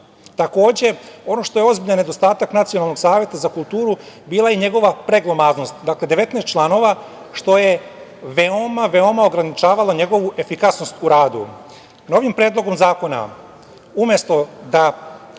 ono što je ozbiljan nedostatak Nacionalnog saveta za kulturu bila je i njegova preglomaznost. Dakle, 19 članova što je veoma, veoma ograničavalo njegovu efikasnost u radu. Novim Predlogom zakona umesto da